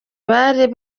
bari